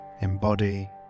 embody